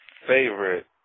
favorite